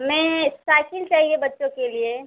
मैं साइकिल चाहिए बच्चों के लिए